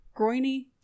groiny